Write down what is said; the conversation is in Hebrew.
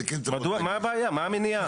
מה המניעה?